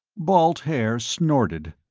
balt haer snorted.